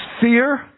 fear